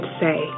say